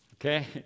okay